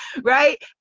Right